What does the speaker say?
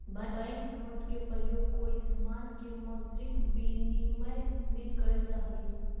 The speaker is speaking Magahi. बैंक नोट के प्रयोग कोई समान के मौद्रिक विनिमय में कैल जा हई